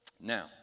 Now